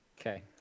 Okay